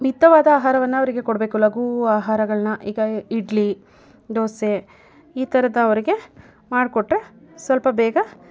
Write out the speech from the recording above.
ಮಿತವಾದ ಆಹಾರವನ್ನು ಅವರಿಗೆ ಕೊಡಬೇಕು ಲಘು ಆಹಾರಗಳನ್ನು ಈಗ ಇಡ್ಲಿ ದೋಸೆ ಈ ಥರದವರಿಗೆ ಮಾಡ್ಕೊಟ್ಟರೆ ಸ್ವಲ್ಪ ಬೇಗ